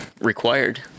required